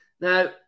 Now